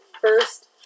first